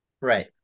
right